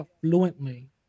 fluently